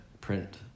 print